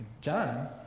John